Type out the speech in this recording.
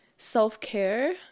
self-care